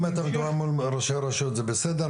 אם אתה מותאם מול ראשי הרשויות זה בסדר.